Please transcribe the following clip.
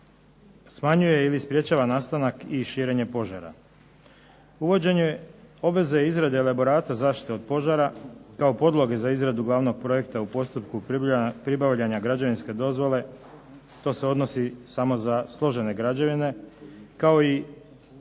smanjuje ili sprečava nastanak i širenje požara. Uvođenje obveze izrade elaborata zaštite od požara kao podloge za izradu glavnog projekta u postupku pribavljanja građevinske dozvole, to se odnosi samo za složene građevine, kao i provjere